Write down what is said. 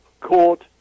court